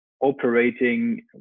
operating